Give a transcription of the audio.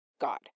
God